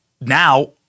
Now